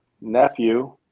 nephew